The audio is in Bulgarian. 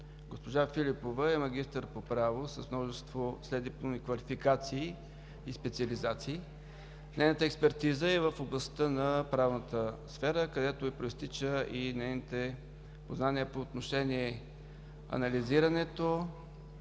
Госпожа Филипова е магистър по право, с множество следдипломни квалификации и специализации. Нейната експертиза е в областта на правната сфера, откъдето произтичат и нейните познания по отношение анализирането,